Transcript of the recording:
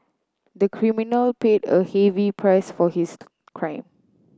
the criminal paid a heavy price for his crime